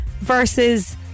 versus